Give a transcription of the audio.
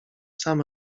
sam